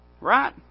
right